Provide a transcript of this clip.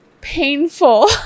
painful